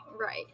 Right